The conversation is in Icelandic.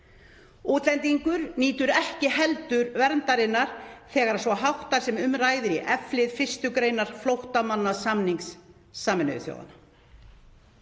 Útlendingur nýtur ekki heldur verndarinnar þegar svo háttar sem um ræðir í F-lið 1. gr. flóttamannasamnings Sameinuðu þjóðanna.“